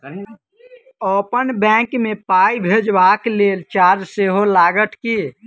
अप्पन बैंक मे पाई भेजबाक लेल चार्ज सेहो लागत की?